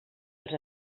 als